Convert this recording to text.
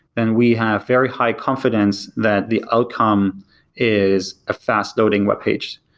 then we have very high confidence that the outcome is a fast loading webpage.